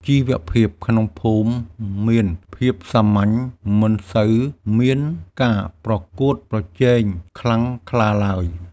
ជីវភាពក្នុងភូមិមានភាពសាមញ្ញ មិនសូវមានការប្រកួតប្រជែងខ្លាំងក្លាឡើយ។